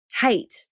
tight